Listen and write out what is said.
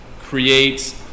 create